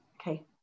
Okay